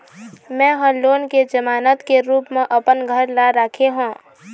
में ह लोन के जमानत के रूप म अपन घर ला राखे हों